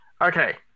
Okay